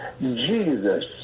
Jesus